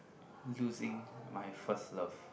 losing my first love